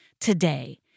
Today